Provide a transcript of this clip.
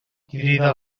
crida